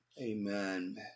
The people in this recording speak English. amen